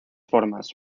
formas